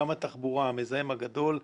גם התחבורה שהוא המזהם הגדול,